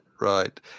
right